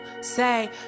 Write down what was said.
say